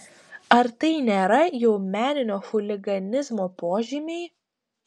ar tai nėra jau meninio chuliganizmo požymiai